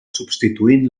substituint